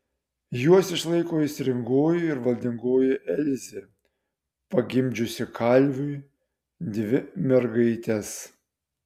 juos išlaiko aistringoji ir valdingoji elzė pagimdžiusi kalviui dvi mergaites